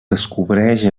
descobreix